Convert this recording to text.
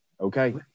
okay